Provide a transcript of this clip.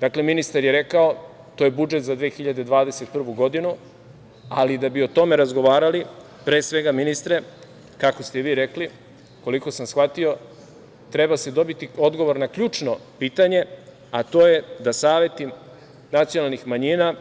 Dakle, ministar je rekao, to je budžet za 2021. godinu, ali da bi o tome razgovarali, pre svega, ministre, kako ste i vi rekli, koliko sam shvatio, treba se dobiti odgovor na ključno pitanje, a to je da saveti nacionalnih manjina